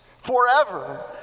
forever